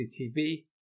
CCTV